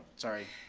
sorry.